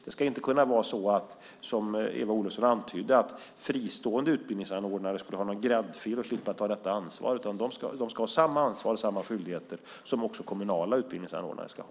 Det ska inte kunna vara så som Eva Olofsson antydde - att fristående utbildningsanordnare skulle ha någon gräddfil och slippa ta detta ansvar. De ska ha samma ansvar och samma skyldigheter som de kommunala utbildningsanordnarna ska ha.